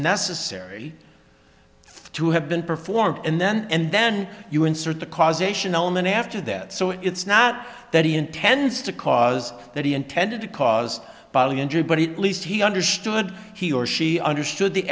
necessary to have been performed and then and then you insert the causation element after that so it's not that he intends to cause that he intended to cause bodily injury but it least he understood he or she understood the